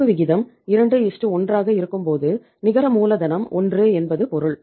நடப்பு விகிதம் 21 ஆக இருக்கும்போது நிகர மூலதனம் 1 என்பது பொருள்